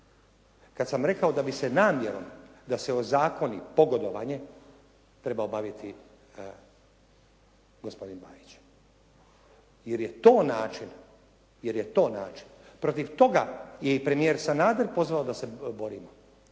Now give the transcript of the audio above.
kad sam rekao da bi se namjerom da se ozakoni pogodovanje trebao baviti gospodin Bajić. Jer je to način, jer je to način. Protiv toga je i premijer Sanader pozvao da se borimo.